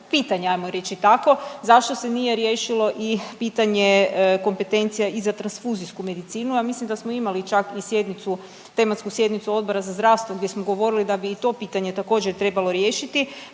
pitanje ajmo reći tako zašto se nije riješilo i pitanje kompetencija i za transfuzijsku medicinu, a mislim da smo imali čak i sjednicu, tematsku sjednicu Odbora za zdravstvo gdje smo govorili da bi i to pitanje također trebalo riješiti.